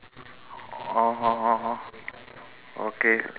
oh okay